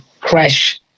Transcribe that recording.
Crash